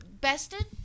bested